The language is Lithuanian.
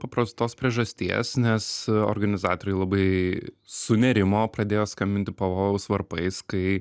paprastos priežasties nes organizatoriai labai sunerimo pradėjo skambinti pavojaus varpais kai